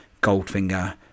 Goldfinger